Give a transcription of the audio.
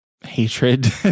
hatred